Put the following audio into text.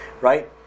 right